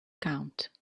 count